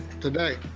today